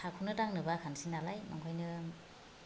हाखौनो दांनो बाखानोसै नालाय ओंखायनो